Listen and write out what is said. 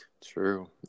true